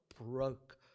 broke